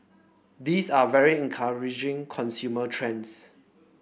these are very encouraging consumer trends